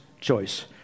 choice